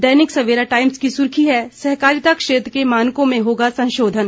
दैनिक Savera Times की सुर्खी है सहकारिता क्षेत्र के मानकों में होगा संशोधन